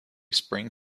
spring